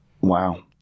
Wow